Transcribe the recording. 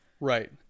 right